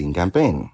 campaign